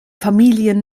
familien